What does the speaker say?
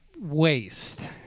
waste